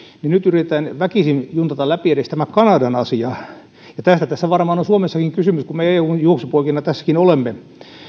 niin yritetään väkisin juntata läpi edes tämä kanadan asia tästä tässä varmaan on suomessakin kysymys kun me eun juoksupoikina tässäkin olemme